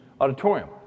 auditorium